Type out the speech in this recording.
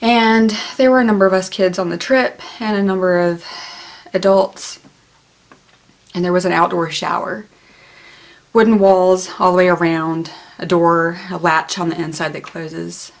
and there were a number of us kids on the trip and a number of adults and there was an outdoor shower when walls hallway around a door latch on the inside that closes